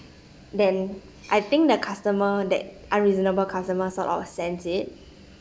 then I think the customer that unreasonable customer sort of sense it